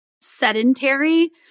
sedentary